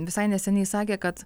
visai neseniai sakė kad